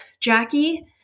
Jackie